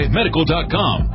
medical.com